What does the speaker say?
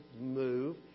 move